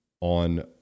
on